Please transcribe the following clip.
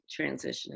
transitioning